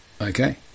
Okay